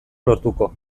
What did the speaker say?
lortuko